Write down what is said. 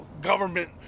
government